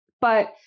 But-